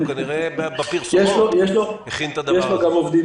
כנראה בזמן הפרסומות הוא הכין את הדבר הזה...